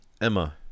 Emma